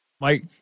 Mike